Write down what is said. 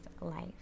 life